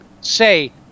say